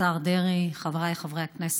השר דרעי, חבריי חברי הכנסת,